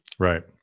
Right